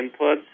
inputs